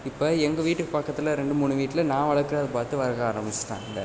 இப்போ எங்கள் வீட்டுக்கு பக்கத்தில் ரெண்டு மூணு வீட்டில நா வளக்கறத பாத்து வளக்க ஆரம்பிச்சிட்டாங்க